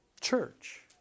church